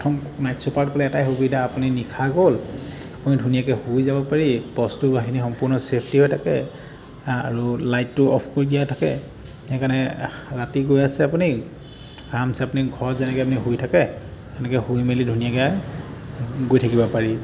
প্ৰথম নাইট ছুপাৰত গ'লে এটাই সুবিধা আপুনি নিশা গ'ল গৈ ধুনীয়াকৈ শুই যাব পাৰি বস্তু বাহানি সম্পূৰ্ণ ছেফ্টি হৈ থাকে আৰু লাইটটো অফ কৰি দিয়া থাকে সেইকাৰণে ৰাতি গৈ আছে আপুনি আৰামছে আপুনি ঘৰত যেনেকৈ আপুনি শুই থাকে সেনেকৈ শুই মেলি আপুনি ধুনীয়াকৈ গৈ থাকিব পাৰি